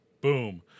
boom